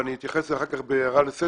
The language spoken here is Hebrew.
ואני אתייחס לזה אחר כך בהערה לסדר,